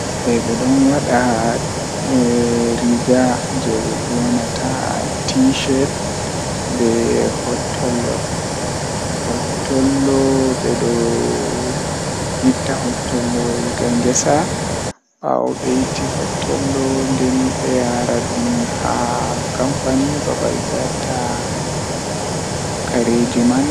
Ah ko buri welugo am wakkati mi bingel kanjum woni wakkati mi yahata jangirde be sobiraabe am, Ko wadi weli am bo ngam wakkati man midon wondi be sobiraabe am min yahan mi fijo min yaha jangirde tomin ummi min wartida be mabbe wakkati man don wela mi masin.